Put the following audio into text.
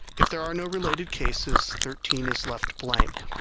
if there are no related cases, thirteen is left blank.